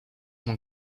sont